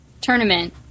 tournament